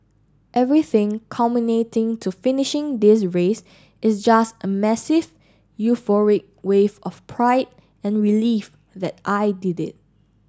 everything culminating to finishing this race is just a massive euphoric wave of pride and relief that I did it